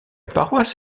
paroisse